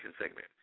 segment